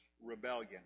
rebellion